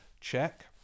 check